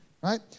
right